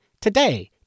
today